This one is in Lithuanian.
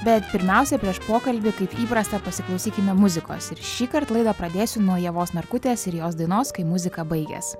bet pirmiausia prieš pokalbį kaip įprasta pasiklausykime muzikos ir šįkart laidą pradėsiu nuo ievos narkutės ir jos dainos kai muzika baigias